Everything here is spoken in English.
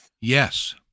Yes